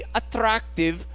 attractive